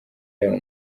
yaba